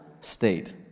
state